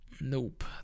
Nope